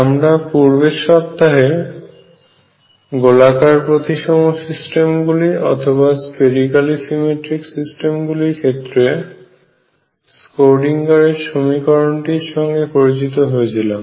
আমরা পূর্বের সপ্তাহে গোলাকার প্রতিসম সিস্টেমগুলি ক্ষেত্রে স্ক্রোডিঙ্গারের সমীকরণটিরSchrödinger equation সঙ্গে পরিচিত হয়েছিলাম